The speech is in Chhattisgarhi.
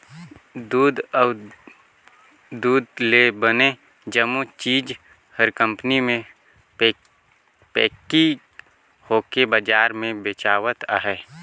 दूद अउ दूद ले बने जम्मो चीज हर कंपनी मे पेकिग होवके बजार मे बेचावत अहे